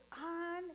on